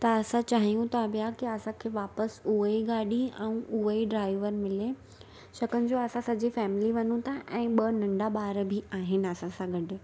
त असां चाहियूं था पिया की असांखे वापसि उहा ई गाॾी ऐं उहो ई ड्राइवर मिले छाकाणि जो असां सॼी फैमली वञूं था ऐं ॿ नंढा ॿार बि आहिनि असां सां गॾु